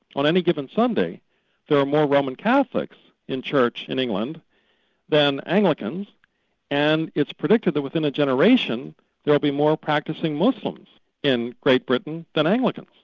on any given sunday there are more roman catholics in church in england than anglicans and it's predicted that within a generation there'll be more practicing muslims in great britain than anglicans.